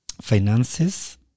finances